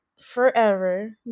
forever